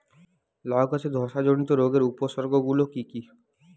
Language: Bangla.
লাউ গাছের ধসা জনিত রোগের উপসর্গ গুলো কি কি?